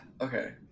Okay